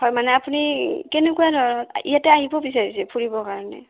হয় মানে আপুনি কেনেকুৱা ধৰণত ইয়াতে আহিব বিচাৰিছে ফুৰিবৰ কাৰণে